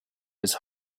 his